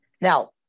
Now